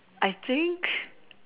I think